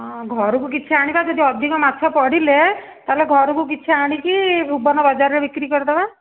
ହଁ ଘରକୁ କିଛି ଆଣିବା ଯଦି ଅଧିକ ମାଛ ପଡ଼ିଲେ ତାହାଲେ ଘରକୁ କିଛି ଆଣିକି ଭୂବନ ବଜାରରେ ବିକ୍ରି କରିଦେବା